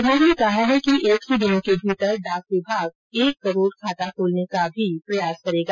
विभाग ने कहा है कि एक सौ दिनों के भीतर डाक विभाग एक करोड खाता खोलने का भी प्रयास करेगा